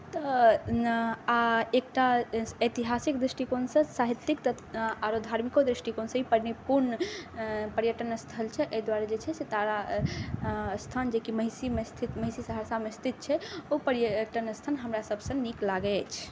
तऽ आओर एकटा ऐतिहासिक दृष्टिकोणसँ साहित्यिक आओर धार्मिको दृष्टिकोणसँ ई पूर्ण पर्यटन स्थल छै एहि दुआरे जे चाही से तारास्थान जेकि महिषीमे स्थित महिषी सहरसामे स्थित छै ओ पर्यटन स्थल हमरा सबसँ नीक लागै अछि